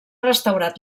restaurat